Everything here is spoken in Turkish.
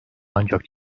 ancak